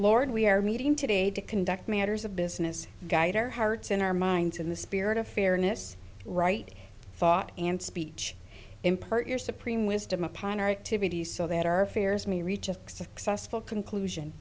lord we are meeting today to conduct matters of business guider hearts in our minds in the spirit of fairness right thought and speech impart your supreme wisdom upon our activities so that our fears me reach a successful conclusion